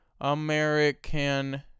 american